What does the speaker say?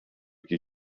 que